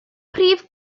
prif